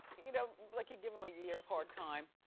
you know like you give him a year of hard time,